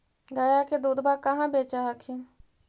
गया के दूधबा कहाँ बेच हखिन?